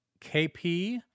KP